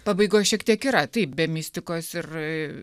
pabaigoj šiek tiek yra taip be mistikos ir